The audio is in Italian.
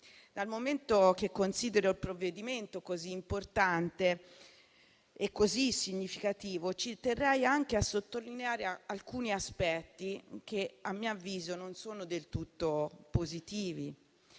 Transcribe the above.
Dal momento che considero il provvedimento così importante e significativo, ci terrei anche a sottolineare alcuni aspetti che - a mio avviso - non sono del tutto positivi.